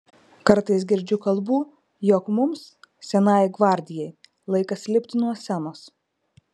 kartais girdžiu kalbų jog mums senajai gvardijai laikas lipti nuo scenos